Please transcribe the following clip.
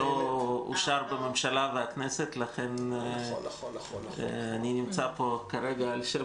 זה עדיין לא אושר בממשלה ובכנסת אז אני נמצא פה כרגע בשם